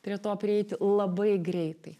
prie to prieiti labai greitai